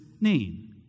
name